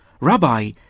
Rabbi